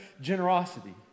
generosity